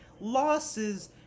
losses